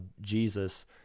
Jesus –